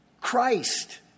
Christ